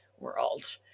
world